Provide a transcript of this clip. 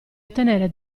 ottenere